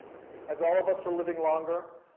as all of us are living longer,